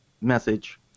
message